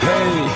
Hey